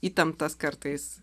įtemptas kartais